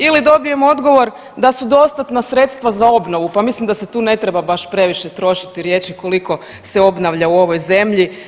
Ili dobijem odgovor da su dostatna sredstva za obnovu, pa mislim da se tu ne treba baš previše trošiti riječi koliko se obnavlja u ovoj zemlji.